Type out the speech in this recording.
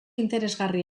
interesgarri